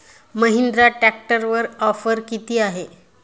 महिंद्रा ट्रॅक्टरवर ऑफर किती आहे?